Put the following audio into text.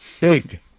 big